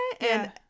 and-